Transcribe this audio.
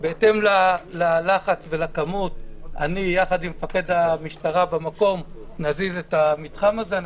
בהתאם ללחץ ולכמות אני יחד עם מפקד המשטרה במקום נזיז את המתחם הזה.